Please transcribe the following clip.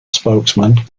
spokesman